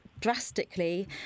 drastically